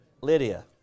Lydia